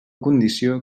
condició